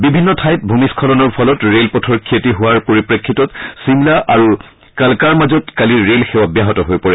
বিভিন্ন ঠাইত ভূমিস্বলনৰ ফলত ৰেলপথৰ ক্ষতি হোৱাৰ পৰিপ্ৰেফিতত চিমলা আৰু কাল্কাৰ মাজত কালি ৰেল সেৱা ব্যাহত হৈ পৰে